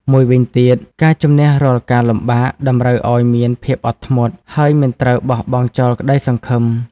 មួយវិញទៀត ការជម្នះរាល់ការលំបាក តម្រូវឲ្យមានភាពអត់ធ្មត់ ហើយមិនត្រូវបោះបង់ចោលក្តីសង្ឃឹម។